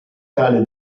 tale